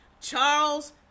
Charles